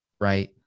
right